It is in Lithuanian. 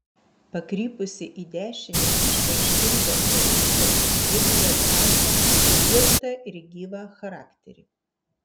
pakrypusi į dešinę išraiškinga rašysena liudija drąsą tvirtą ir gyvą charakterį